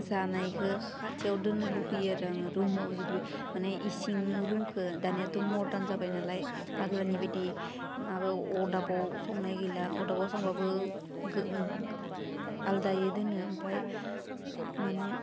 जानायखौ खाथियाव दोननो लुगैयो आरो आङो रुमाव जुदि बे मानि इसिं रुमखौ दानियाथ' मदार्न जाबाय नालाय आगोलनि बायदि माबायाव अदाबाव संनाय गैया अदाबाव संबाबो गो आलदायै दोनो ओमफाय मानि